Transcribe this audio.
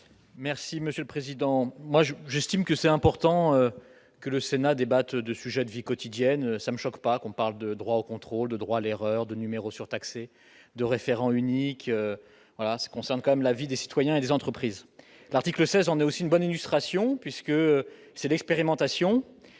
Merci monsieur le président, moi je juste que c'est important que le Sénat débattent de sujets de vie quotidienne, ça me choque pas qu'on parle de droit au contrôle de droit à l'erreur de numéros surtaxés de référent unique voilà ce concerne quand même la vie des citoyens et des entreprises, l'article 16 ans, mais aussi une bonne illustration puisque c'est d'expérimentation,